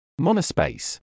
Monospace